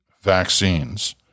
vaccines